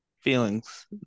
feelings